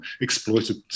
exploited